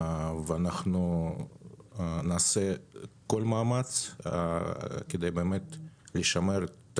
אנחנו נעשה כל מאמץ כדי באמת לשמר את